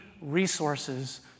resources